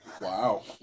Wow